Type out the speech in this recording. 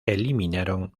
eliminaron